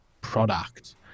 product